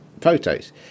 photos